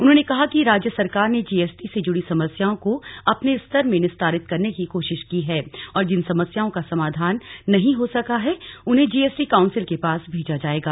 उन्होंने कहा कि राज्य सरकार ने जीएसटी से जुड़ी समस्याओं को अपने स्तर से निस्तारित करने की कोशिश की है और जिन समस्याओं का समाधान नहीं हो सका है उन्हे जीएसटी कांउसिल के पास भेजा जाएगा